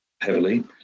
heavily